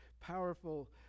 powerful